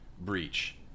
breach